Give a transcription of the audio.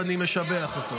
ואני משבח אותו.